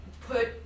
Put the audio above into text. put